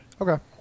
Okay